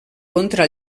contra